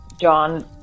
John